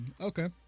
Okay